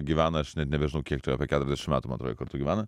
gyvena aš net nebežinau kiek tai apie keturiasdešim metų man atrodo jie kartu gyvena